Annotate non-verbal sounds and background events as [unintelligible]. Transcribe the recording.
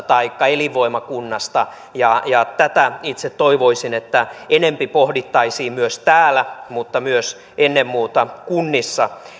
[unintelligible] taikka elinvoimakunnasta ja ja itse toivoisin että tätä enempi pohdittaisiin myös täällä mutta ennen muuta myös kunnissa